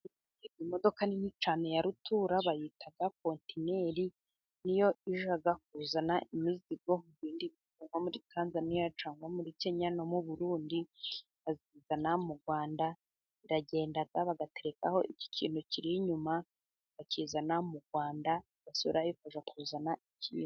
Imodoka nini cyane ya rutura， bayita kontineri，niyo ijya kuzana imizigo kuva muri Tanzaniya，cyangwa muri Kenya， no mu Burundi，bazana mu Rwanda. Iragenda bagaterekaho ikintu kiri inyuma， bakizana mu Rwanda，igasubirayo kujya kuzana ikindi.